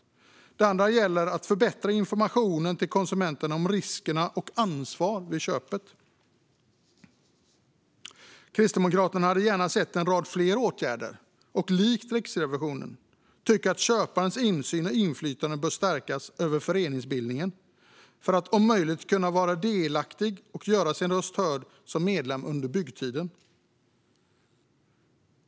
Det andra tillkännagivandet handlar om att förbättra informationen till konsumenterna om riskerna och ansvaret vid köpet. Kristdemokraterna hade gärna sett en rad fler åtgärder och tycker likt Riksrevisionen att köparens insyn i och inflytande över föreningsbildningen bör stärkas så att man om möjligt kan vara delaktig och göra sin röst hörd som medlem under byggtiden.